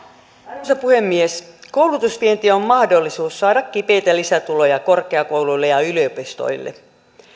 arvoisa puhemies koulutusvienti on mahdollisuus saada kipeästi kaivattuja lisätuloja korkeakouluille ja yliopistoille